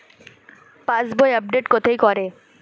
পাসবই update কোথায় করে?